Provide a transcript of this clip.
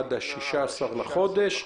עד ה-16 לחודש.